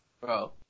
bro